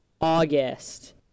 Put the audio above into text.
August